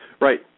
Right